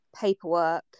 paperwork